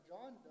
John